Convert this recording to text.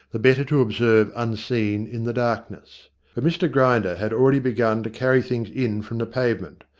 the better to observe unseen in the darkness. but mr grinder had already begun to carry things in from the pavement.